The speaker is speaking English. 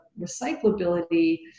recyclability